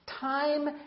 Time